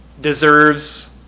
deserves